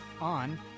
on